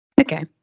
okay